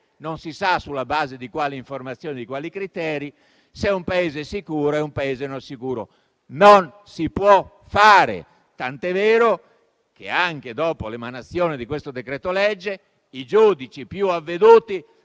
non si sa sulla base di quali informazioni e criteri, se un Paese è sicuro oppure no. Non si può fare, tant'è vero che, anche dopo l'emanazione di questo decreto-legge, i giudici più avveduti